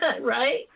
Right